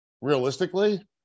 realistically